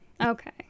Okay